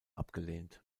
abgelehnt